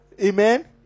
Amen